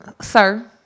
Sir